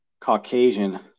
Caucasian